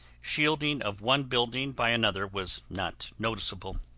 shielding of one building by another was not noticeable.